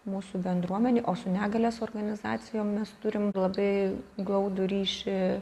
mūsų bendruomenėj o su negalės organizacijom mes turim labai glaudų ryšį